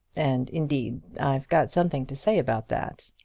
and indeed i've got something to say about that.